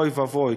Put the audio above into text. אוי ואבוי,